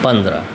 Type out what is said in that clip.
पनरह